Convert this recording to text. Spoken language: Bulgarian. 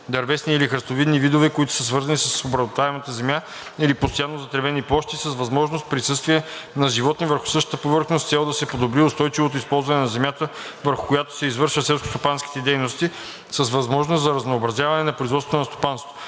дървесни или храстовидни видове, които са свързани с обработваемата земя, или постоянно затревени площи с възможно присъствие на животни върху същата повърхност, с цел да се подобри устойчивото използване на земята, върху която се извършват селскостопанските дейности, с възможност за разнообразяване на производството на стопанството.